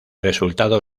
resultado